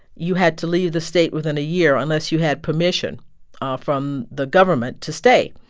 you had to leave the state within a year unless you had permission ah from the government to stay.